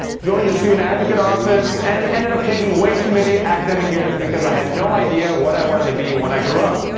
joined the student advocate office, and ended up taking way too many academic units because i had no idea what i wanted to be when i grew up.